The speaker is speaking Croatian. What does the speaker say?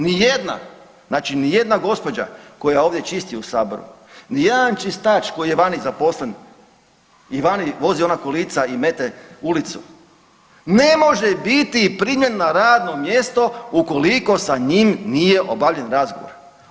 Ni jedna, znači ni jedna gospođa koja ovdje čisti u saboru, ni jedan čistač koji je vani zaposlen i vani vozi ona kolica i mete u ulicu ne može biti primljen na radno mjesto ukoliko sa njim nije obavljen razgovor.